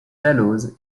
dalloz